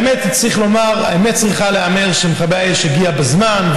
האמת צריכה להיאמר: מכבי האש הגיעו בזמן,